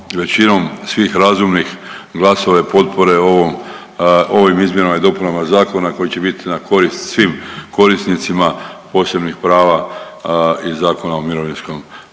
većinom svih razumnih glasova i potpore ovom, ovim izmjenama i dopunama zakona koji će bit na korist svim korisnicima posebnih prava iz Zakona o mirovinskom sustavu.